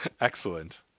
excellent